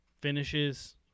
finishes